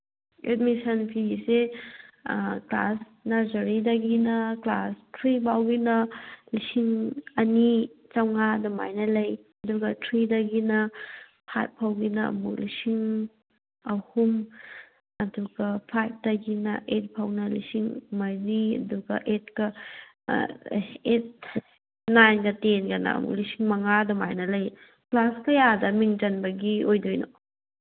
admission fees class ꯅꯔꯖꯔꯤꯗꯒꯤꯅ class three ꯐꯥꯎꯒꯤꯅ ꯂꯤꯁꯤꯡ ꯑꯅꯤ ꯆꯥꯝꯃꯉꯥ ꯑꯗꯨꯃꯥꯏꯅ ꯂꯩ ꯑꯗꯨꯒ ꯊ꯭ꯔꯤꯗꯒꯤꯅ ꯐꯥꯏꯚ ꯐꯥꯎꯒꯤꯅ ꯑꯃꯨꯛ ꯂꯤꯁꯤꯡ ꯑꯍꯨꯝ ꯑꯗꯨꯒ ꯐꯥꯏꯚꯇꯒꯤꯅ ꯑꯩꯠ ꯐꯥꯎꯅ ꯂꯤꯁꯤꯡ ꯃꯔꯤ ꯑꯗꯨꯒ ꯅꯥꯏꯟꯒ ꯇꯦꯟꯒꯅ ꯑꯃꯨꯛ ꯂꯤꯁꯤꯡ ꯃꯉꯥ ꯑꯗꯨꯃꯥꯏꯅ ꯂꯩꯌꯦ ꯀ꯭ꯂꯥꯁ ꯀꯌꯥꯗ ꯃꯤꯡ ꯆꯟꯕꯒꯤ ꯑꯣꯏꯗꯣꯏꯅꯣ